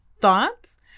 thoughts